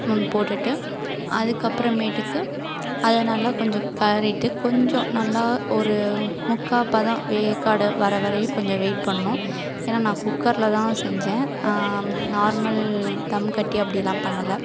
ம் போட்டுட்டு அதுக்கப்பறமேட்டுக்கு அதை நல்லா கொஞ்சம் கிளரிட்டு கொஞ்சம் நல்லா ஒரு முக்கால் பதம் வேக்காட வர வரையும் கொஞ்சம் வெயிட் பண்ணணும் ஏன்னா நான் குக்கரில் தான் செஞ்சேன் நார்மல் தம் கட்டி அப்படிலாம் பண்ணல